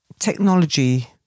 technology